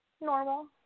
normal